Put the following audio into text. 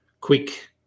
quick